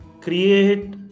Create